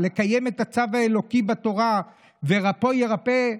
לקיים את הצו האלוקי בתורה "ורפא ירפא",